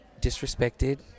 disrespected